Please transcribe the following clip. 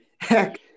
Heck